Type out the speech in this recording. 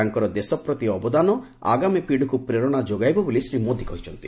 ତାଙ୍କର ଦେଶପ୍ରତି ଅବଦାନ ଆଗାମୀ ପିଢ଼ୀକୁ ପ୍ରେରଣା ଯୋଗାଇବ ବୋଲି ଶ୍ରୀ ମୋଦୀ କହିଛନ୍ତି